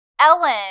Ellen